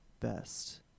best